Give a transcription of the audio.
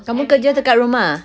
kamu kerja dekat rumah